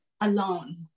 alone